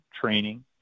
training